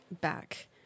back